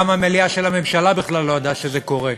גם המליאה של הממשלה בכלל לא ידעה שזה קורה.